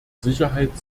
sicherheit